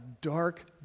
dark